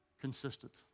consistent